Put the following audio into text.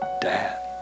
dad